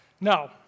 Now